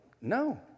No